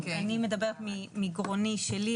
אני מדברת מגרוני שלי,